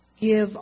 give